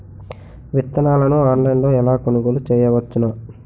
విత్తనాలను ఆన్లైన్లో ఎలా కొనుగోలు చేయవచ్చున?